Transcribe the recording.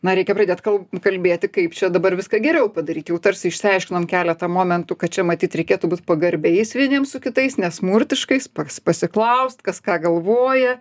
na reikia pradėt kal kalbėti kaip čia dabar viską geriau padaryti jau tarsi išsiaiškinom keletą momentų kad čia matyt reikėtų būti pagarbiais vieniem su kitais nesmurtiškais pas pasiklaust kas ką galvoja